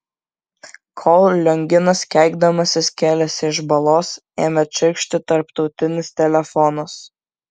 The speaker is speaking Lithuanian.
kol lionginas keikdamasis kėlėsi iš balos ėmė čirkšti tarptautinis telefonas